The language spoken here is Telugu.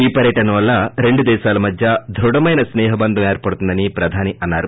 ఈ పర్యటన వల్ల రెండు దేశాల మధ్య దృఢమైన స్పేహ బంధం ఏర్పడుతుందని ప్రధానమంత్రి అన్నారు